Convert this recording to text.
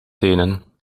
tenen